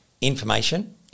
information